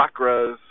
chakras